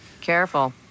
Careful